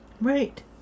Right